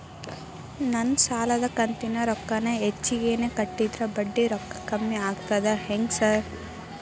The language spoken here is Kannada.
ನಾನ್ ಸಾಲದ ಕಂತಿನ ರೊಕ್ಕಾನ ಹೆಚ್ಚಿಗೆನೇ ಕಟ್ಟಿದ್ರ ಬಡ್ಡಿ ರೊಕ್ಕಾ ಕಮ್ಮಿ ಆಗ್ತದಾ ಹೆಂಗ್ ಸಾರ್?